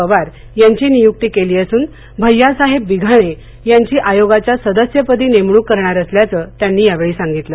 पवार यांची नियूक्ती केली असून भैय्यासाहेब बिघाणे यांची आयोगाच्या सदस्यपदी नेमणूक करणार असल्याचं त्यानी यावेळी सांगितलं